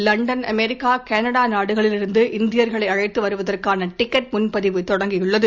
London America Canada நாடுகளிலிருந்து இந்தியர்களை அழைத்து வருவதற்கான டிக்கெட் முன்பதிவு தொடங்கியுள்ளது